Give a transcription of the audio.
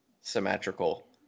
symmetrical